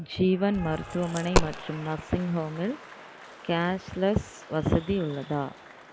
ஜீவன் மருத்துவமனை மற்றும் நர்சிங் ஹோமில் கேஷ் லெஸ் வசதி உள்ளதா